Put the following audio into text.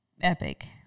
epic